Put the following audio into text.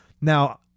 now